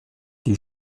die